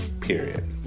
period